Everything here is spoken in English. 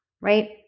right